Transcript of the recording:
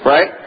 Right